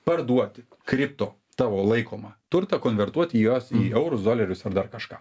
parduoti kriptu tavo laikomą turtą konvertuoti juos į eurus dolerius ar dar kažką